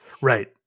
right